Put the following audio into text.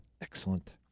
excellent